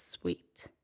sweet